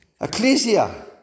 Ecclesia